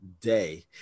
day